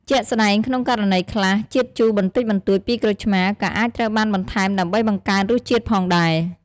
ជាក់ស្ដែង ក្នុងករណីខ្លះ ជាតិជូរបន្តិចបន្តួចពីក្រូចឆ្មារ ក៏អាចត្រូវបានបន្ថែមដើម្បីបង្កើនរសជាតិផងដែរ។